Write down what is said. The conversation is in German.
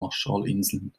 marshallinseln